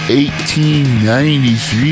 1893